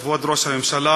כבוד ראש הממשלה,